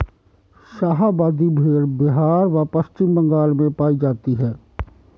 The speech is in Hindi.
शाहाबादी भेड़ बिहार व पश्चिम बंगाल में पाई जाती हैं